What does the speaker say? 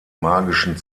magischen